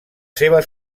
seves